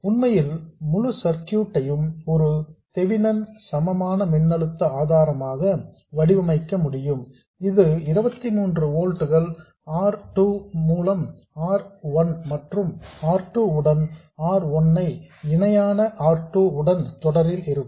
உண்மையில் முழு சர்க்கியூட் டையும் ஒரு தெவெனின் சமமான மின்னழுத்த ஆதாரமாக வடிவமைக்க முடியும் இது 23 ஓல்ட்ஸ் R 2 மூலம் R 1 மற்றும் R 2 உடன் R 1 இணையான R 2 உடன் தொடரில் இருக்கும்